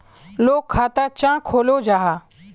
लोग खाता चाँ खोलो जाहा?